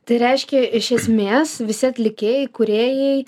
tai reiškia iš esmės visi atlikėjai kūrėjai